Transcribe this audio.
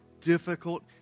difficult